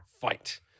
fight